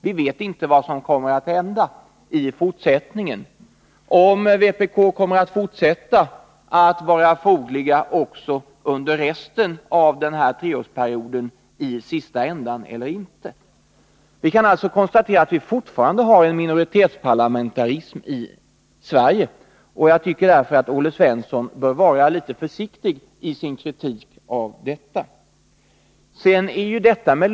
Vi vet inte vad som kommer att hända i fortsättningen, om vpk kommer att foga sig i sista ändan eller inte också under resten av den här treårsperioden. Vi kan konstatera att vi fortfarande har minoritetsparlamentarism i Sverige. Jag tycker därför att Olle Svensson bör vara litet försiktig i sin kritik av denna.